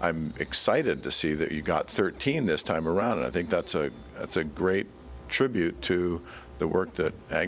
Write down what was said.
i'm excited to see that you got thirteen this time around and i think that's a that's a great tribute to the work that